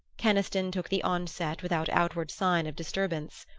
keniston took the onset without outward sign of disturbance.